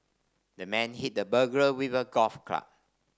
the man hit the burglar with a golf club